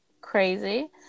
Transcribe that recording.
crazy